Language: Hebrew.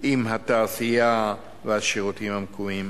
עם התעשייה והשירותים המקומיים.